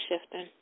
shifting